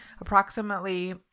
approximately